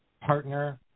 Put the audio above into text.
partner